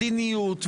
מדיניות,